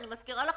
אני מזכירה לכם,